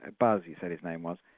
buzz, you say his name was,